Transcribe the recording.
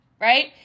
right